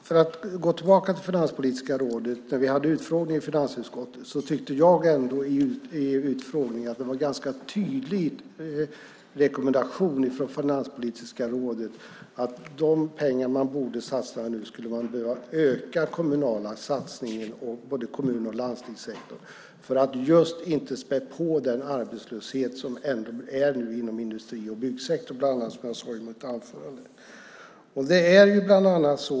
Fru talman! Vi hade en utfrågning i finansutskottet med Finanspolitiska rådet. Jag tyckte att det då var en ganska tydlig rekommendation från Finanspolitiska rådet om att de pengar man borde satsa nu skulle behöva gå till att öka satsningen på både kommun och landstingssektorn just för att inte späda på den arbetslöshet som finns inom industri och byggsektorn. Detta sade jag bland annat i mitt anförande.